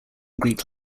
greek